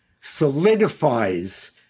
solidifies